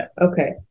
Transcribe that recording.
Okay